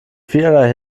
vielerlei